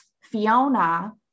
Fiona